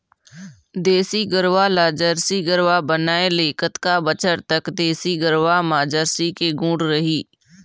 देसी गरवा ला जरसी गरवा बनाए ले कतका बछर तक देसी गरवा मा जरसी के गुण रही?